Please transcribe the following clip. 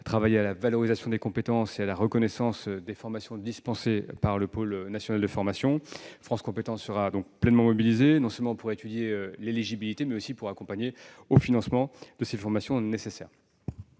travailler à la valorisation des compétences et à la reconnaissance des formations dispensées par le pôle national de formation. France compétences sera donc pleinement mobilisée, non seulement pour étudier l'éligibilité de ces formations nécessaires,